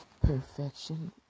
Perfection